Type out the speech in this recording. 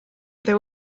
they